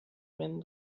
rim